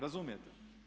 Razumijete?